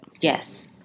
Yes